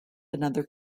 another